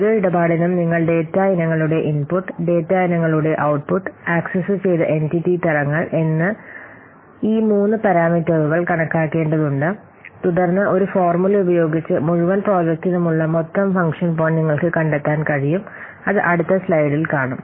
ഓരോ ഇടപാടിനും നിങ്ങൾ ഡാറ്റ ഇനങ്ങളുടെ ഇൻപുട്ട് ഡാറ്റ ഇനങ്ങളുടെ ഔട്ട്പുട്ട് ആക്സസ്സുചെയ്ത എന്റിറ്റി തരങ്ങൾ എന്ന ഈ മൂന്ന് പാരാമീറ്ററുകൾ കണക്കാക്കേണ്ടതുണ്ട് തുടർന്ന് ഒരു ഫോർമുല ഉപയോഗിച്ച് മുഴുവൻ പ്രോജക്റ്റിനുമുള്ള മൊത്തം ഫംഗ്ഷൻ പോയിന്റ് നിങ്ങൾക്ക് കണ്ടെത്താൻ കഴിയും അത് അടുത്ത സ്ലൈഡിൽ കാണും